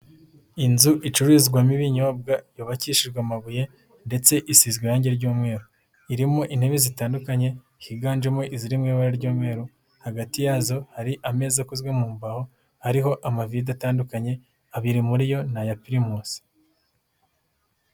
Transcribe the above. Inzu icururizwamo ibinyobwa yubakishijwe amabuye ndetse isizwe irangi ry'umweru, irimo intebe zitandukanye higanjemo izirimo iziri mu ibara ry'umweru, hagati yazo hari ameza akozwe mu mbaho, hari amavide atandukanye, abiri muri yo ni aya Primus.